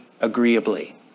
agreeably